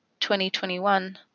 2021